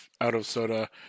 out-of-soda